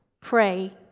pray